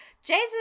Jason